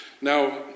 Now